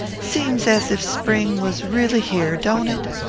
seems as if spring was really here, don't it?